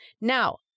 Now